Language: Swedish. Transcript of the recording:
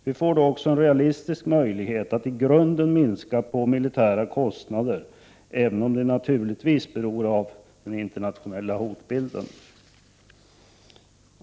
Vi får då också en realistisk möjlighet att i grunden minska på militära kostnader, även om deras storlek naturligtvis även beror på den internationella hotbilden.